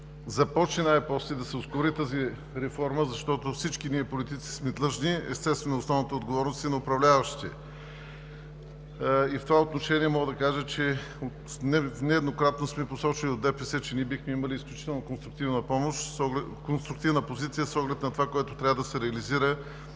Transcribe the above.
започне и да се ускори тази реформа, защото всички политици сме длъжни, а естествено основната отговорност е на управляващите. В това отношение мога да кажа, че от ДПС нееднократно сме посочвали, че ние бихме имали изключително конструктивна позиция с оглед на това, което трябва да се реализира